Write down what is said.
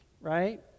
right